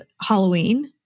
Halloween